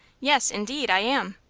yes, indeed, i am.